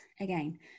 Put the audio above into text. again